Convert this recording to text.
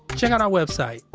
check out our website,